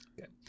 okay